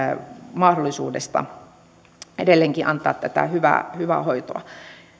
mahdollisuudesta edelleenkin antaa tätä hyvää hyvää hoitoa